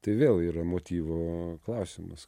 tai vėl yra motyvo klausimas